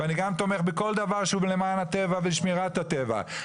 וגם בכל דבר שהוא למען הטבע ושמירת הטבע.